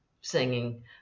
singing